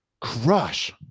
crush